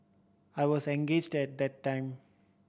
I was engaged at that time